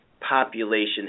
Population